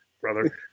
brother